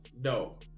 no